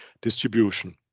distribution